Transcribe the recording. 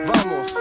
Vamos